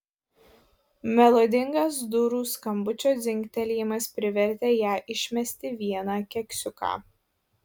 melodingas durų skambučio dzingtelėjimas privertė ją išmesti vieną keksiuką